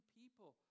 people